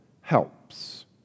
helps